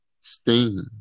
Sting